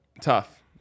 Tough